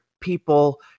people